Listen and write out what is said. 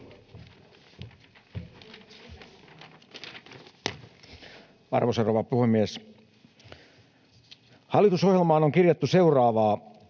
Arvoisa rouva puhemies! Hallitusohjelmaan on kirjattu seuraavaa: